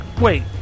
Wait